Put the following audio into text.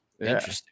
Interesting